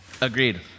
Agreed